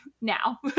now